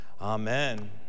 amen